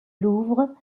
louvre